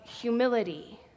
humility